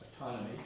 autonomy